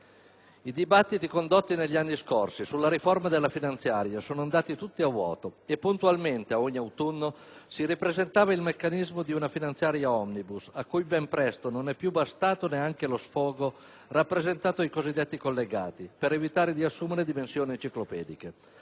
I dibattiti condotti negli anni scorsi sulla riforma della finanziaria sono andati tutti a vuoto e, puntualmente, ad ogni autunno si ripresentava il meccanismo di una finanziaria *omnibus**,* a cui ben presto non è più bastato neanche lo sfogo rappresentato dai cosiddetti collegati per evitare di assumere dimensioni enciclopediche,